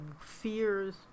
fears